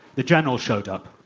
the general showed up.